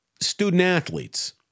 student-athletes